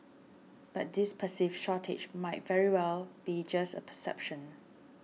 but this perceived shortage might very well be just a perception